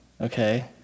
okay